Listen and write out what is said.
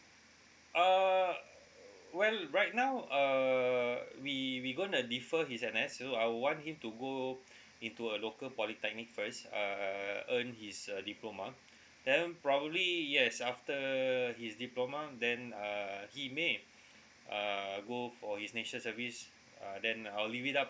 err well right now err we we gonna defer his N_S so I'll want him to go into a local polytechnic first err earn his uh diploma then probably yes after his diploma then err he may err go for his national service uh then I'll leave it up